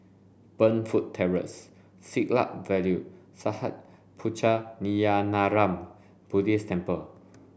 Burnfoot Terrace Siglap Valley Sattha Puchaniyaram Buddhist Temple